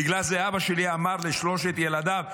בגלל זה אבא שלי אמר לשלושת ילדיו,